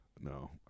No